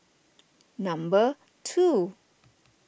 number two